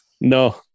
no